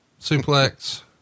suplex